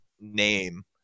name